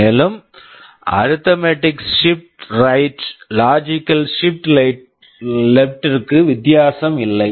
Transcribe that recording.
மேலும் arithmetic shift right arithmetic shift right logical shift left logical shift left ற்கு சமம் வித்தியாசம் இல்லை